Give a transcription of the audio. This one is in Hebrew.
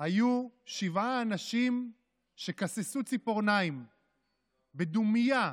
היו שבעה אנשים שכססו ציפורניים בדומייה,